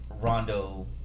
Rondo